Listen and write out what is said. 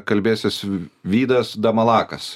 kalbėsis vydas damalakas